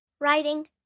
writing